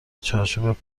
چارچوب